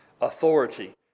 authority